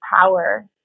power